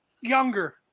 younger